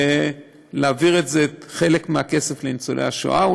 להעביר חלק מהכסף לניצולי השואה,